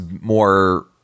more